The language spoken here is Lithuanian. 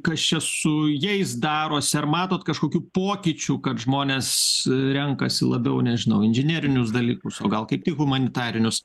kas čia su jais darosi ar matot kažkokių pokyčių kad žmonės renkasi labiau nežinau inžinerinius dalykus o gal kaip tik humanitarinius